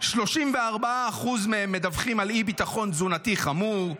34% מדווחים על אי-ביטחון תזונתי חמור,